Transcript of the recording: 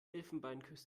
elfenbeinküste